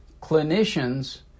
clinicians